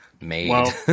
made